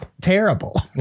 terrible